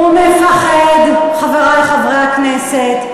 הוא מפחד, חברי חברי הכנסת.